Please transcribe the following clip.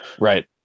Right